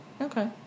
Okay